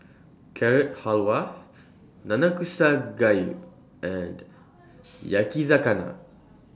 Carrot Halwa Nanakusa Gayu and Yakizakana